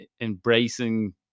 embracing